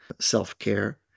self-care